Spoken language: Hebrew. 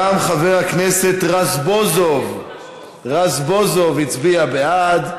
גם חבר הכנסת רזבוזוב, רזבוזוב, הצביע בעד.